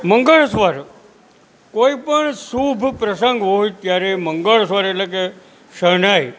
મંગળસ્વર કોઈપણ શુભ પ્રસંગ હોય ત્યારે મંગળસ્વર એટલે કે શરણાઈ